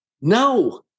No